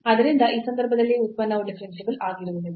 ಆದ್ದರಿಂದ ಈ ಸಂದರ್ಭದಲ್ಲಿ ಉತ್ಪನ್ನವು ಡಿಫರೆನ್ಸಿಬಲ್ ಆಗಿರುವುದಿಲ್ಲ